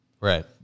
Right